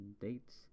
dates